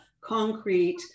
concrete